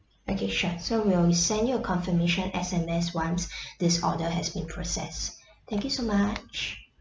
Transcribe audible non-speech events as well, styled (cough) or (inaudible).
okay sure so we will send you a confirmation S_M_S once (breath) this order has been processed thank you so much